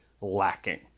lacking